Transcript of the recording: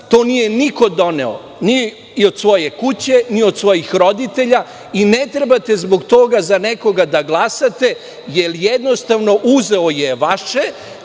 To nije niko doneo, ni od svoje kuće, ni od svojih roditelja i ne trebate zbog toga za nekoga da glasate, jer jednostavno uzeo je vaše